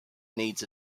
needs